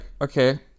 okay